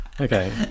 okay